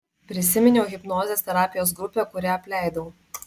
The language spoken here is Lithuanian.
prisiminiau hipnozės terapijos grupę kurią apleidau